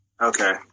Okay